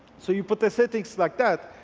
so you put the settings like that.